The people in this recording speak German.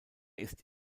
ist